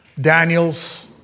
Daniels